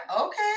okay